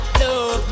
love